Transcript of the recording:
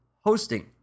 hosting